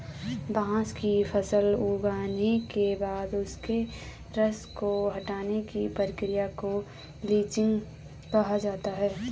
बांस की फसल उगने के बाद उसके रस को हटाने की प्रक्रिया को लीचिंग कहा जाता है